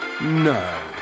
No